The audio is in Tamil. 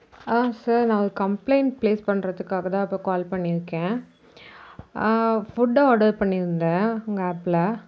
ஆஹ் சார் நான் ஒரு கம்ப்ளைண்ட் பிளேஸ் பண்ணுறதுக்காக தான் இப்போது கால் பண்ணியிருக்கேன் ஃபுட் ஆர்டர் பண்ணியிருந்தேன் உங்கள் ஆப்பில்